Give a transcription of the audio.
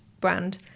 brand